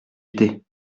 été